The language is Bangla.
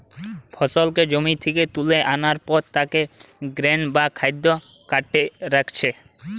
ফসলকে জমি থিকে তুলা আনার পর তাকে গ্রেন বা খাদ্য কার্টে রাখছে